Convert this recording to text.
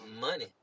money